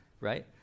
right